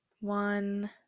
One